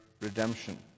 redemption